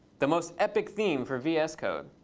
the most epic theme for vs code.